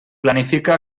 planifica